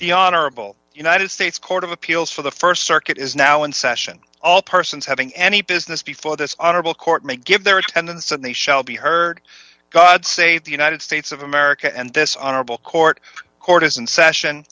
the honorable united states court of appeals for the st circuit is now in session all persons having any business before this honorable court may give their attendance and they shall be heard god save the united states of america and this honorable court court is in session